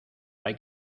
hay